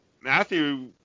Matthew